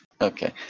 okay